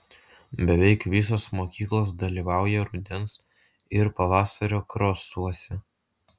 beveik visos mokyklos dalyvauja rudens ir pavasario krosuose